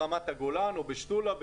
ברמת הגולן או בשתולה,